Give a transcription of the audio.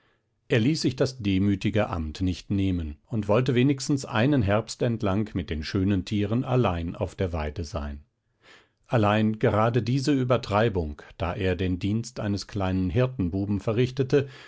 er ließ sich das demütige amt nicht nehmen und wollte wenigstens einen herbst entlang mit den schönen tieren allein auf der weide sein allein gerade diese übertreibung da er den dienst eines kleinen hirtenbuben verrichtete